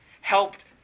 helped